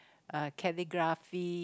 uh calligraphy